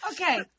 Okay